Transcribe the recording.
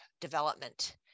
development